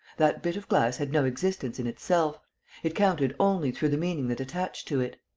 that bit of glass had no existence in itself it counted only through the meaning that attached to it.